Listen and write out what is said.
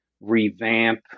revamp